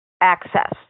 access